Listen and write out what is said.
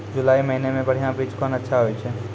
जुलाई महीने मे बढ़िया बीज कौन अच्छा होय छै?